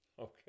Okay